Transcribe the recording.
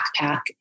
backpack